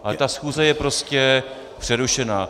Ale ta schůze je prostě přerušená.